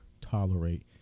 tolerate